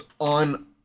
on